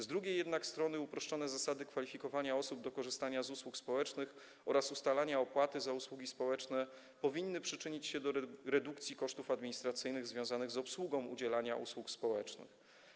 Z drugiej jednak strony uproszczone zasady kwalifikowania osób do korzystania z usług społecznych oraz ustalania opłaty za usługi społeczne powinny przyczynić się do redukcji kosztów administracyjnych związanych z obsługą udzielania usług społecznych.